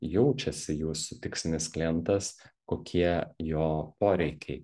jaučiasi jūsų tikslinis klientas kokie jo poreikiai